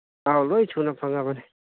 ꯑꯧ ꯂꯣꯏꯅ ꯁꯨꯅ ꯐꯪꯉꯕꯅꯤ